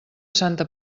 santa